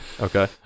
Okay